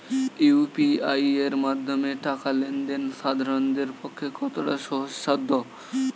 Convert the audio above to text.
UPI এর মাধ্যমে টাকা লেন দেন সাধারনদের পক্ষে কতটা সহজসাধ্য?